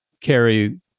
carry